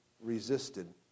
resisted